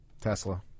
Tesla